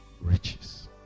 riches